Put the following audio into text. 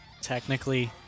technically